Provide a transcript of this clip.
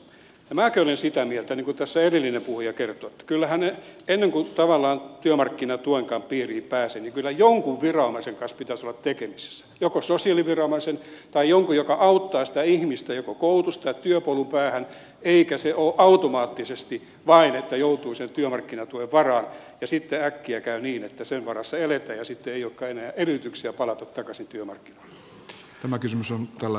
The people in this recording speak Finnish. minäkin olen sitä mieltä niin kuin tässä edellinen puhuja kertoi että kyllähän ennen kuin työmarkkinatuenkaan piiriin pääsee jonkun viranomaisen kanssa pitäisi olla tekemisissä joko sosiaaliviranomaisen tai jonkun joka auttaa sitä ihmistä joko koulutus tai työpolun päähän eikä se ole automaattisesti vain että joutuu sen työmarkkinatuen varaan ja sitten äkkiä käy niin että sen varassa eletään ja sitten ei olekaan enää edellytyksiä palata takaisin työmarkkinoille